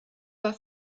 war